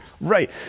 Right